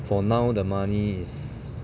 for now the money is